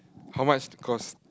how much cost